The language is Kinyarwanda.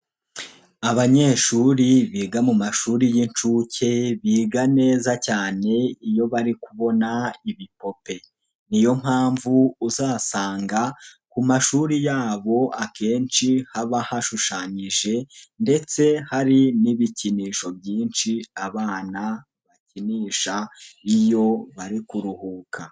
Abanyeshuri biga mu mashuri y'inshuke, biga neza cyane iyo bari kubona ibipope. Niyo mpamvu uzasanga ku mashuri yabo akenshi haba hashushanyije ndetse hari n'ibikinisho byinshi abana bakinisha iyo bari kuruhuka.